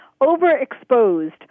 Overexposed